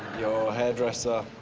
your hairdresser.